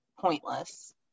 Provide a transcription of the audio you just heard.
pointless